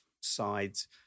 sides